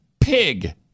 pig